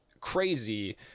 crazy